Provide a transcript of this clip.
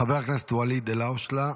חבר הכנסת ואליד אלהואשלה,